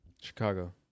Chicago